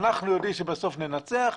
אנחנו יודעים שבסוף ננצח,